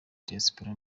diaspora